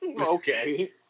Okay